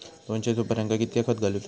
दोनशे सुपार्यांका कितक्या खत घालूचा?